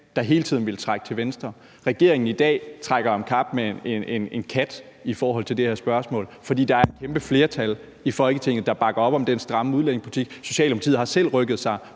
der hele tiden ville trække til venstre. Regeringen i dag trækker om kap med en kat i forhold til det her spørgsmål, for der er et kæmpe flertal i Folketinget, der bakker op om den stramme udlændingepolitik. Socialdemokratiet har selv rykket sig